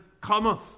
cometh